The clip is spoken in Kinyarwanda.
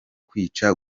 kwica